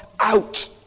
out